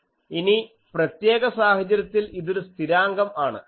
ഇനി പ്രത്യേക സാഹചര്യത്തിൽ ഇതൊരു സ്ഥിരാംഗം ആണ്